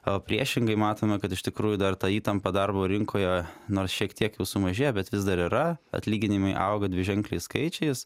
o priešingai matome kad iš tikrųjų dar ta įtampa darbo rinkoje nors šiek tiek jau sumažėjo bet vis dar yra atlyginimai auga dviženkliais skaičiais